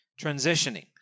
transitioning